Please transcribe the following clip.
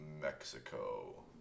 Mexico